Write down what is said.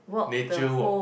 nature walk